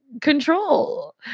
Control